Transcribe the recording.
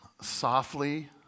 softly